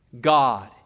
God